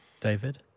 David